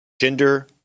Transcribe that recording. gender